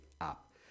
up